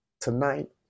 Tonight